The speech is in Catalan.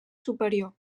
superior